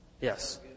Yes